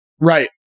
Right